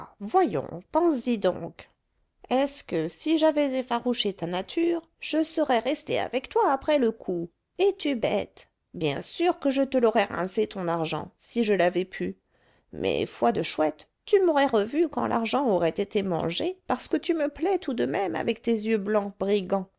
voyons penses-y donc est-ce que si j'avais effarouché ta nature je serais restée avec toi après le coup es-tu bête bien sûr que je te l'aurais rincé ton argent si je l'avais pu mais foi de chouette tu m'aurais revue quand l'argent aurait été mangé parce que tu me plais tout de même avec tes yeux blancs brigand